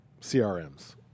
CRMs